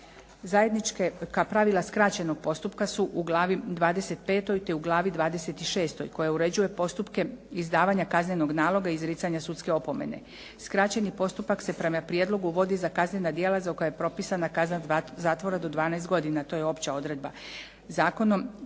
Zajednička pravila skraćenog postupka su u glavi 25. te u glavi 26. koja uređuje postupke izdavanja kaznenog naloga i izricanja sudske opomene. Skraćeni postupak se prema prijedlogu vodi za kaznena djela za koja je propisana kazna zatvora do 12 godina. To je opća odredba.